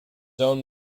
own